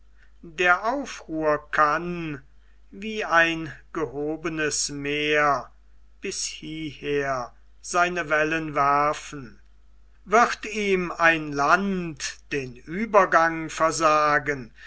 der aufruhr kann wie ein gehobenes meer bis hieher seine wellen werfen wird ihm ein land den uebergang versagen